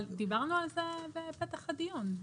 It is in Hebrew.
אבל דיברנו על זה בפתח הדיון.